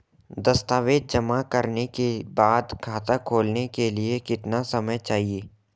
दस्तावेज़ जमा करने के बाद खाता खोलने के लिए कितना समय चाहिए?